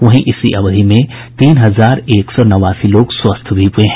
वहीं इसी अवधि में तीन हजार एक सौ नवासी लोग स्वस्थ भी हुये हैं